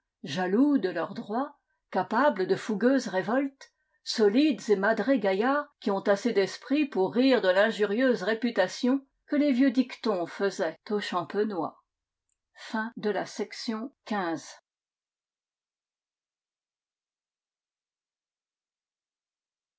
jaloux de leurs droits capables de fougueuses révoltes solides et madrés gaillards qui ont assez d'esprit pour rire de tinjurieuse réputation que les vieux dictons faisaient aux champenois